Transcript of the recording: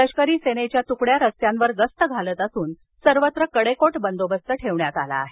लष्करी सेनेच्या तुकड्या रस्त्यांवर गस्त घालत असून सर्वत्र कडेकोट बंदोबस्त ठेवण्यात आला आहे